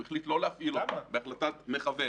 הוא החליט לא להפעיל אותה בהחלטת מכוון.